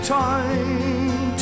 time